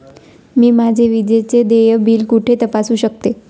मी माझे विजेचे देय बिल कुठे तपासू शकते?